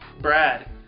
Brad